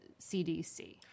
CDC